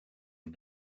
les